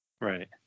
Right